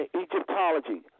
Egyptology